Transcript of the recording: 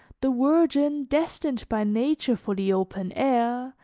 the virgin destined by nature for the open air,